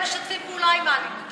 הם משתפים פעולה עם האלימות הזאת,